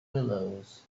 willows